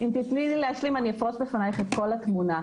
תתני לי להשלים אני אפרוס לפניך את כל התמונה.